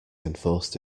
enforced